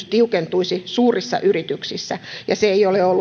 tiukentuisi suurissa yrityksissä ja se ei ole ollut tämän lakimuutoksen tarkoitus